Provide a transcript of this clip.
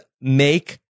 make